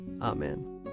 Amen